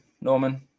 Norman